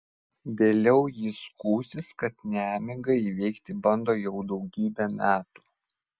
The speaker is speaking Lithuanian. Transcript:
vėliau ji skųsis kad nemigą įveikti bando jau daugybę metų